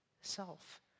self